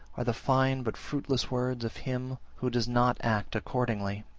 are the fine but fruitless words of him who does not act accordingly.